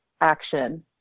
action